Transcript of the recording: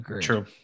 True